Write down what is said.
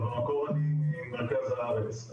במקור אני ממרכז הארץ,